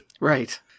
Right